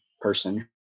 person